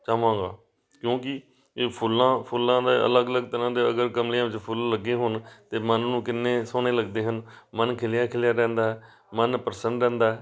ਚਾਹਵਾਂਗਾ ਕਿਉਂਕਿ ਇਹ ਫੁੱਲਾਂ ਫੁੱਲਾਂ ਦਾ ਅਲੱਗ ਅਲੱਗ ਤਰ੍ਹਾਂ ਦੇ ਅਗਰ ਗਮਲਿਆਂ ਵਿੱਚ ਫੁੱਲ ਲੱਗੇ ਹੋਣ ਤਾਂ ਮਨ ਨੂੰ ਕਿੰਨੇ ਸੋਹਣੇ ਲੱਗਦੇ ਹਨ ਮਨ ਖਿਲਿਆ ਖਿਲਿਆ ਰਹਿੰਦਾ ਹੈ ਮਨ ਪ੍ਰਸੰਨ ਰਹਿੰਦਾ ਹੈ